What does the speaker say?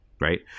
right